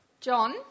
John